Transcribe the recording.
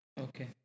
Okay